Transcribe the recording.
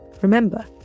Remember